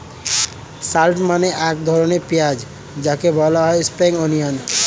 shallot মানে এক ধরনের পেঁয়াজ যাকে বলা হয় স্প্রিং অনিয়ন